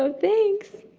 ah thanks.